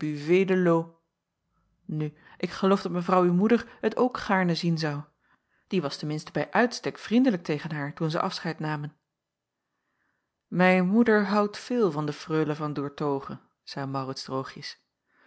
nu ik geloof dat mevrouw uw moeder het ook gaarne zien zou die was ten minste bij uitstek vriendelijk tegen haar toen zij afscheid namen mijn moeder houdt veel van de freule van doertoghe zeî maurits droogjes